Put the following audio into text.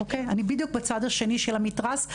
אני בדיוק בצד השני של המתרס,